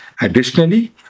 Additionally